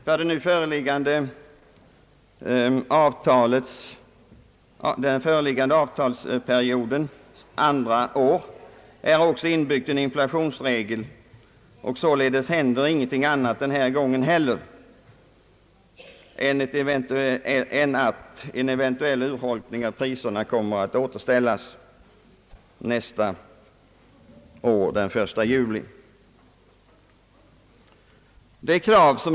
För den nuvarande avtalsperiodens andra år är också en inflationsregel inbyggd och således händer ingenting annat den här gången heller än att en eventuell urholkning av priserna kommer att återställas den 1 juli nästa år.